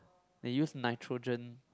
they use nitrogen